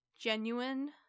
genuine